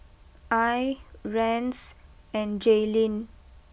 Al Rance and Jailyn